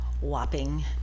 whopping